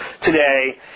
today